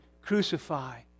crucify